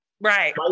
Right